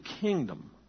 kingdom